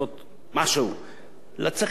אלא צריך להקשיב היטב היטב לראשי זרועות